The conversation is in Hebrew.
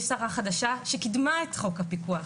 יש שרה חדשה שקידמה את חוק הפיקוח,